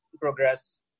progress